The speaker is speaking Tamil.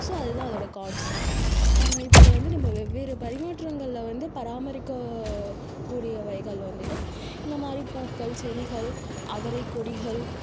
ஸோ அதுதான் அதோடய கான்செப்ட் இப்படி வந்து நம்ம வெவ்வேறு பரிமாற்றங்களில் வந்து பராமரிக்க கூடியவைகள் வந்துட்டு இந்தமாதிரி பூக்கள் செடிகள் அவரை கொடிகள்